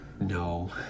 No